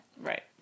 right